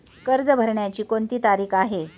कर्ज भरण्याची कोणती तारीख आहे?